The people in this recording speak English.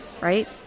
Right